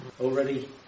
Already